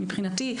מבחינתי,